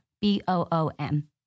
B-O-O-M